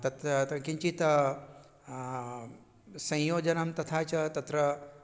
तत्र अत्र किञ्चित् संयोजनं तथा च तत्र